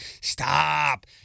Stop